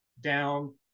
down